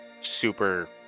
super